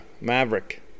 Maverick